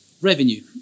revenue